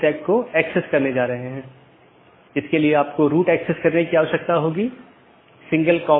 इसलिए जब कोई असामान्य स्थिति होती है तो इसके लिए सूचना की आवश्यकता होती है